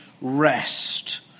rest